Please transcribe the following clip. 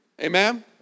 Amen